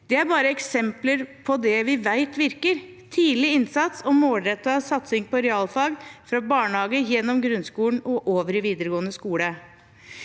dette er bare eksempler på det vi vet virker: tidlig innsats og en målrettet satsing på realfag fra barnehage, gjennom grunnskolen og over i videregående skole.